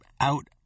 out